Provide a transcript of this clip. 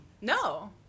No